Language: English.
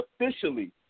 officially